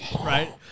Right